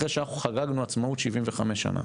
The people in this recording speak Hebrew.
אחרי שאנחנו חגגנו עצמאות 75 שנה.